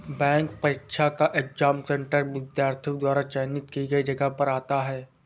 bank परीक्षा का exam centre विद्यार्थी द्वारा चयनित की गई जगह पर आता है